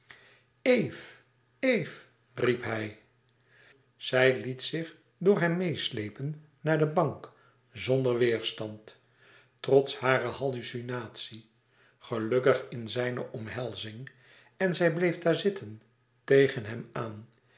eve eve riep hij zij liet zich door hem meêsleepen naar de bank zonder weêrstand trots hare hallucinatie gelukkig in zijne omhelzing en zij bleef daar zitten tegen hem aan